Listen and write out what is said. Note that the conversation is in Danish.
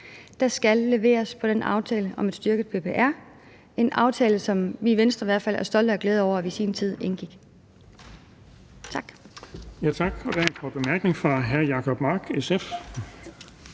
der skal leveres på den aftale om et styrket PPR. Det er en aftale, som vi i Venstre i hvert fald er stolte af og glade for at vi i sin tid indgik. Tak.